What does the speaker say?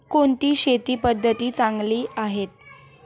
कोणती शेती पद्धती चांगली आहे?